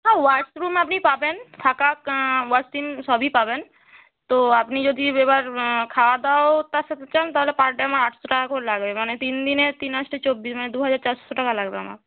হ্যাঁ ওয়াশরুম আপনি পাবেন থাকা ওয়াশিং সবই পাবেন তো আপনি যদি এবার খাওয়া দাওয়াও তার সাথে চান তাহলে পার ডে আমার আটশো টাকা করে লাগবে মানে তিন দিনে তিন আটে চব্বিশ মানে দুহাজার চারশো টাকা লাগবে আমার